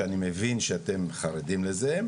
שאני מבין שאתם חרדים לזה.